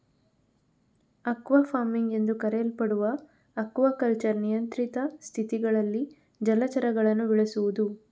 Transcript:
aqua farming ಎಂದೂ ಕರೆಯಲ್ಪಡುವ aquaculture ನಿಯಂತ್ರಿತ ಸ್ಥಿತಿಗಳಲ್ಲಿ ಜಲಚರಗಳನ್ನು ಬೆಳೆಸುದು